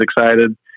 excited